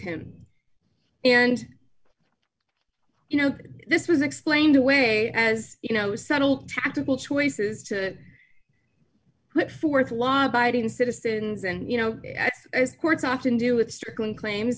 him and you know this was explained away as you know subtle tactical choices to put forth law abiding citizens and you know courts often do with strickland claims